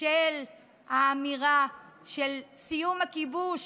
של האמירה של סיום הכיבוש.